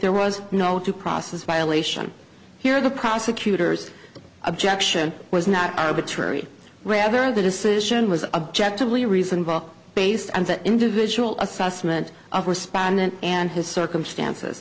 there was no due process violation here the prosecutor's objection was not arbitrary rather the decision was objectively reasonable based on that individual assessment of respondent and his circumstances